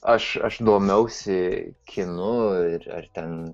aš aš domėjausi kinu ir ten